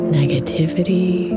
negativity